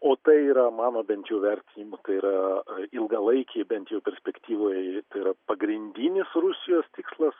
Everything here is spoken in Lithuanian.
o tai yra mano bent jau vertinimu tai yra ilgalaikėj bent jau perspektyvoj tai yra pagrindinis rusijos tikslas